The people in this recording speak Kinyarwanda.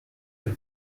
iyi